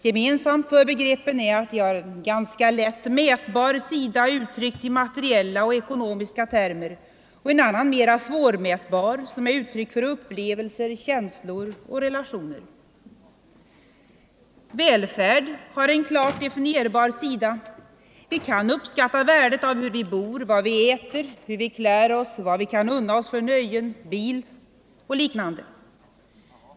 Gemensamt för begreppen är att de har en ganska lätt mätbar sida uttryckt i materiella och ekonomiska termer och en annan, mer svårmätbar, som är uttryck för upplevelser, känslor och relationer. Välfärd har en klart definierbar sida — vi kan uppskatta värdet av hur vi bor, vad vi äter, hur vi klär oss, vad vi kan unna oss för nöjen, bil och liknande.